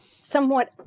somewhat